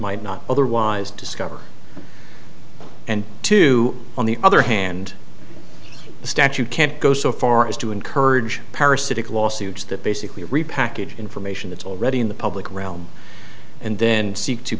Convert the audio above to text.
might not otherwise discover and to on the other hand the statute can't go so far as to encourage parasitic lawsuits that basically repackage information that's already in the public realm and then seek to